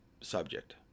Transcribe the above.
subject